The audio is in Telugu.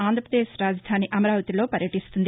ఆంధ్రప్రదేశ్ రాజధాని అమరావతిలో పర్యటిస్తుంది